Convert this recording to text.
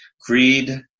greed